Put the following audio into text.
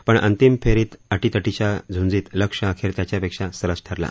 पण अंतिम फेरीत अटीतटीच्या झुंजीत लक्ष्य अखेर त्याच्या पेक्षा सरस ठरला